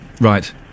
Right